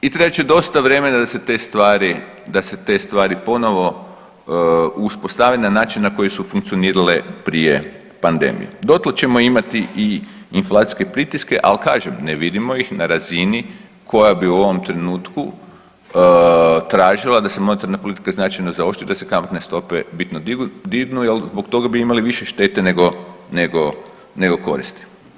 I treće, dosta vremena da se te stvari, da se te stvari ponovo uspostave na način na koji su funkcionirale prije pandemije, dotle ćemo imati i inflacijske pritiske, al kažem ne vidimo ih na razini koja bi u ovom trenutku tražila da se monetarna politika značajno zaoštri, da se kamatne stope bitno dignu jel zbog toga bi imali više štete nego, nego, nego koristi.